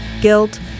guilt